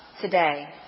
today